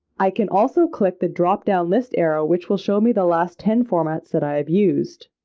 i can also click the drop-down list arrow which will show me the last ten formats that i have used.